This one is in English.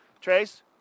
Trace